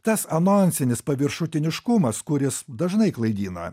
tas anonsinis paviršutiniškumas kuris dažnai klaidina